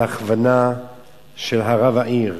להכוונה של רב העיר,